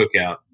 cookout